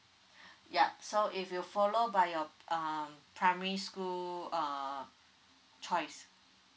yup so if you follow by your uh primary school uh choice